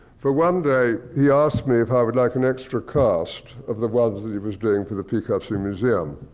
for one day, he asked me if i would like an extra cast of the ones that he was doing for the picasso museum.